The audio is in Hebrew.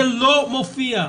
זה לא מופיע.